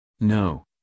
No